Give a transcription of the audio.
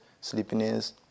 sleepiness